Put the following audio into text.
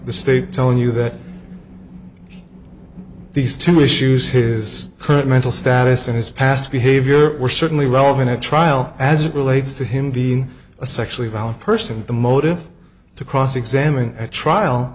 the state telling you that these two issues his current mental status and his past havior were certainly relevant at trial as it relates to him being a sexually violent person the motive to cross examine at trial